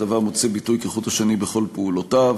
הדבר מוצא ביטוי כחוט השני בכל פעולותיו.